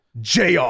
jr